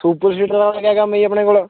super seeder ਵਾਲ਼ਾ ਕਆ ਕੰਮ ਹੈ ਜੀ ਆਪਣੇ ਕੋਲ